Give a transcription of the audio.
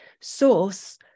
source